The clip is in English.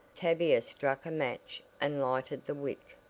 tavia struck a match and lighted the wick.